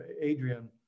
Adrian